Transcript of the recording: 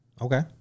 Okay